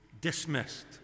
dismissed